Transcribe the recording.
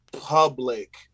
public